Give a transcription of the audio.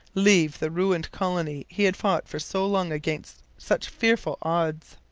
leave the ruined colony he had fought for so long against such fearful odds.